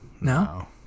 No